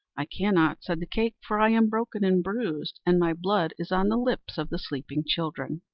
i cannot, said the cake, for i am broken and bruised, and my blood is on the lips of the sleeping children.